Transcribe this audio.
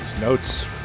notes